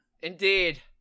Indeed